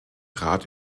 rat